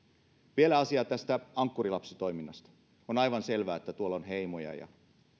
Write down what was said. vielä asiaa tästä ankkurilapsitoiminnasta on aivan selvää että tuolla on heimoja ja